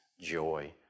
joy